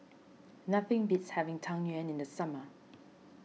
nothing beats having Tang Yuen in the summer